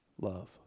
love